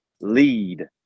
lead